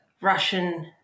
Russian